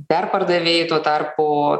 perpardavėjai tuo tarpu